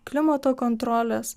klimato kontrolės